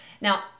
Now